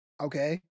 Okay